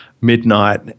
midnight